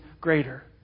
greater